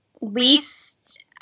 least